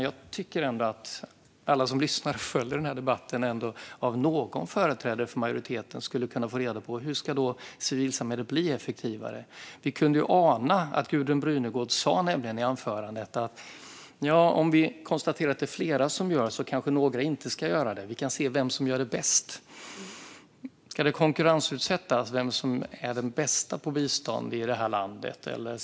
Jag tycker att alla som lyssnar och följer den här debatten ändå av någon företrädare för majoriteten skulle kunna få reda på hur civilsamhället ska bli effektivare. Gudrun Brunegård sa i sitt anförande att om det är flera som gör det kanske några inte ska göra det, och vi kan se vem som gör det bäst. Ska man konkurrensutsätta detta och se vem som är den bästa på bistånd i det här landet?